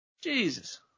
Jesus